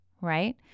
right